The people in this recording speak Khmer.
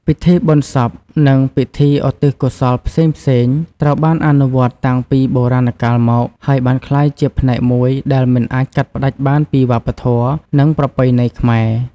ពិធីបុណ្យសព និងពិធីឧទ្ទិសកុសលផ្សេងៗ ត្រូវបានអនុវត្តន៍តាំងពីបុរាណកាលមក ហើយបានក្លាយជាផ្នែកមួយដែលមិនអាចកាត់ផ្តាច់បានពីវប្បធម៌ និងប្រពៃណីខ្មែរ។